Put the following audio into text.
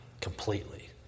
Completely